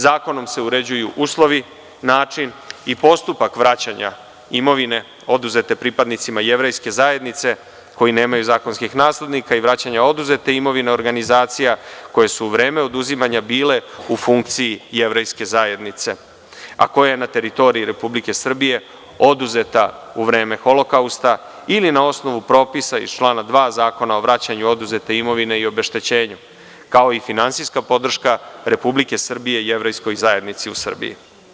Zakonom se uređuju uslovi, način i postupak vraćanja imovine oduzete pripadnicima jevrejske zajednice koji nemaju zakonskih naslednika i vraćanja oduzete imovine organizacija koje su u vreme oduzimanja bile u funkciji jevrejske zajednice, a koja je na teritoriji Republike Srbije oduzeta u vreme Holokausta ili na osnovu propisa iz člana 2. Zakona o vraćanju oduzete imovine i obeštećenju, kao i finansijska podrška Republike Srbije jevrejskoj zajednici u Srbiji.